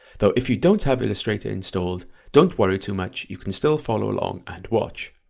so if you don't have illustrator installed don't worry too much, you can still follow along and watch,